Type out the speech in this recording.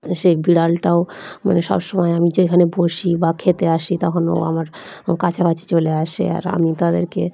সেই বিড়ালটাও মানে সবসময় আমি যেখানে বসি বা খেতে আসি তখন ও আমার কাছাকাছি চলে আসে আর আমি তাদেরকে